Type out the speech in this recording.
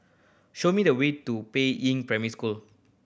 show me the way to Peiying Primary School